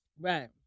Right